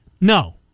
No